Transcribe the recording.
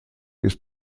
ist